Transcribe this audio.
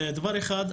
דבר אחד,